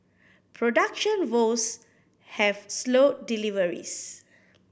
production woes have slowed deliveries